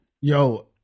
Yo